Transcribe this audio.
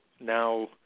now